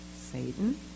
Satan